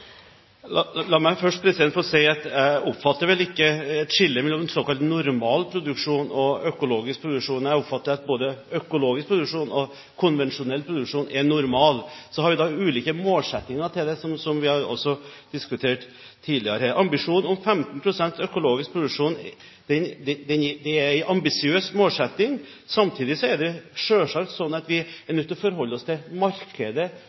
La meg først få si at jeg oppfatter vel ikke et skille mellom såkalt normal produksjon og økologisk produksjon. Jeg oppfatter at både økologisk produksjon og konvensjonell produksjon er normal. Så vi har ulike målsettinger for det, som vi også har diskutert tidligere. Ambisjonen om 15 pst. økologisk produksjon er en ambisiøs målsetting. Samtidig er det selvsagt slik at vi er nødt til å forholde oss til markedet,